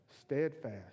steadfast